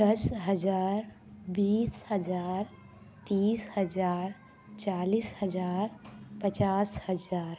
दस हज़ार बीस हज़ार तीस हज़ार चालीस हज़ार पचास हज़ार